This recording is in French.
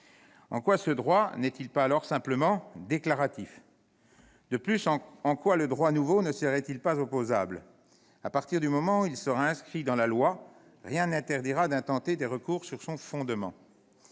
En quoi ce droit n'est-il pas alors simplement déclaratif ? De plus, pourquoi le droit nouveau ne serait-il pas opposable ? À partir du moment où il sera inscrit dans la loi, rien n'interdira d'intenter des recours sur son fondement.